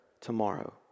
tomorrow